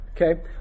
Okay